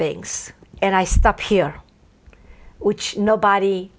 things and i stop here which nobody